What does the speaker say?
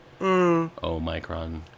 O-micron